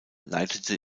leitete